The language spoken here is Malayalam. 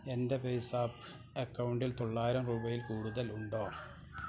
എൻ്റെ പേയ്സാപ്പ് അക്കൗണ്ടിൽ തൊള്ളായിരം രൂപയിൽ കൂടുതൽ ഉണ്ടോ